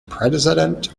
president